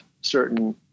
certain